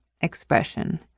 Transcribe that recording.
expression